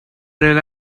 rely